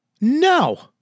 No